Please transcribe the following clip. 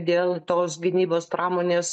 dėl tos gynybos pramonės